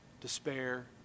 despair